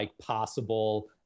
possible